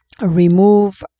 remove